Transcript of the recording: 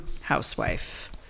housewife